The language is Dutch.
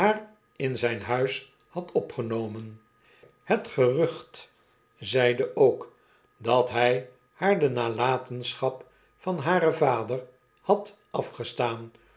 in zijn huis had opgenomen het gerucht zeide ook dat hy haar de nalatenschap van haren vader had afgestaan